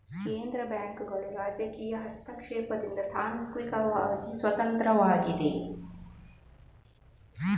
ಕೇಂದ್ರ ಬ್ಯಾಂಕುಗಳು ರಾಜಕೀಯ ಹಸ್ತಕ್ಷೇಪದಿಂದ ಸಾಂಸ್ಥಿಕವಾಗಿ ಸ್ವತಂತ್ರವಾಗಿವೆ